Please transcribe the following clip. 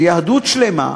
שיהדות שלמה,